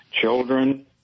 Children